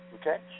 okay